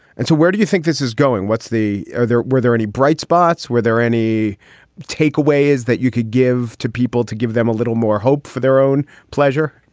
and so where do you think this is going? what's the. are there were there any bright spots? were there any takeaway is that you could give to people to give them a little more hope for their own pleasure?